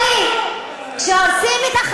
לא יקרה לך כלום.